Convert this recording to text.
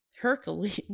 herculean